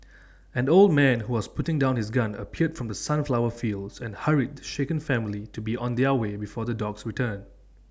an old man who was putting down his gun appeared from the sunflower fields and hurried the shaken family to be on their way before the dogs return